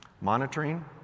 monitoring